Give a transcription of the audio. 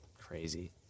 crazy